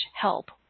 help